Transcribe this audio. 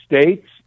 States